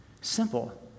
simple